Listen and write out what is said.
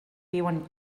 viuen